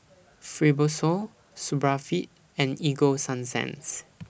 Supravit and Ego Sunsense